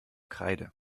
kreide